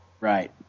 Right